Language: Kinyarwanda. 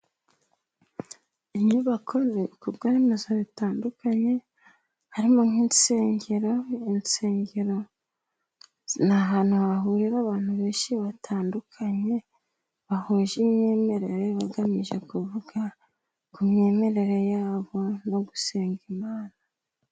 Inyubako, ibikorwa remezo bitandukanye, harimo nk'insengero insengero, ni ahantu hahurira abantu benshi batandukanye bahuje imyemerere, bagamije kuvuga ku myemerere ya bo no gusenga Imana.